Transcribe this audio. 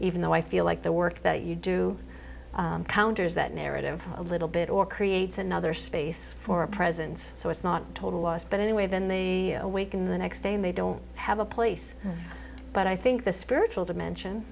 even though i feel like the work that you do counters that narrative a little bit or creates another space for a presence so it's not a total loss but anyway then the awaken the next day and they don't have a place but i think the spiritual dimension